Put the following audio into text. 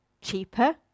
cheaper